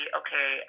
okay